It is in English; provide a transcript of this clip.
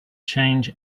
change